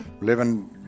living